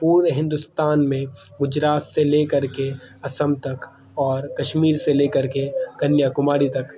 پورے ہندوستان میں گجرات سے لے کر کے اسم تک اور کشمیر سے لے کر کے کنیا کماری تک